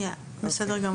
בסדר גמור.